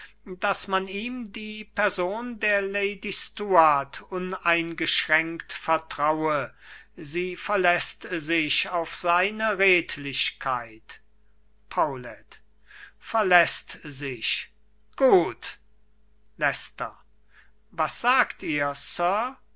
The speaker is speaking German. daß man ihm die person der lady stuart uneingeschränkt vertraue sie verläßt sich auf seine redlichkeit paulet verläßt sich gut leicester was sagt ihr